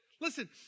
Listen